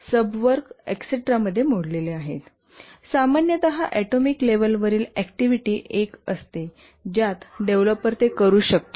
आणि सामान्यत ऍटोमिक लेव्हलवरील ऍक्टिव्हिटी एक असतो ज्यात डेव्हलपर ते करू शकतो